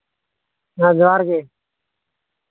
ᱦᱮᱸ ᱡᱚᱦᱟᱨ ᱜᱮ